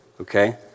Okay